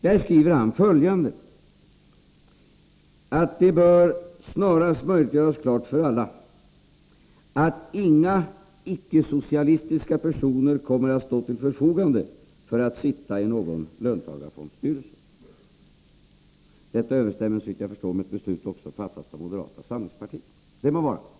Där skriver han följande: ”Det bör därför snarast möjligt göras klart för alla” —-—-—- ”att inga icke-socialistiska personer kommer att stå till förfogande för att sitta i någon löntagarfondsstyrelse.” Detta överensstämmer såvitt jag förstår också med ett beslut, fattat av moderata samlingspartiet, och det må vara.